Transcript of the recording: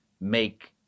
make